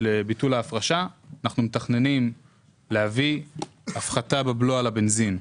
לביטול ההפרשה אנחנו מתכננים להביא הפחתה בבלו על הבנזין.